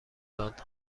بند